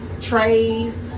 trays